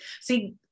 See